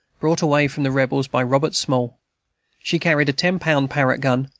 brought away from the rebels by robert small she carried a ten-pound parrott gun,